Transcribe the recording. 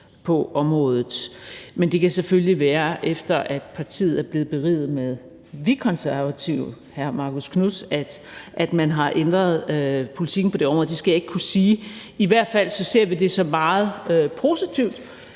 på området, men det kan selvfølgelig være, at man, efter at partiet er blevet beriget med hr. Marcus Knuth, har ændret politikken på det område. Det skal jeg ikke kunne sige. I hvert fald ser vi det som meget positivt,